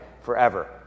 forever